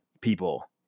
people